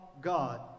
God